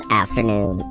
afternoon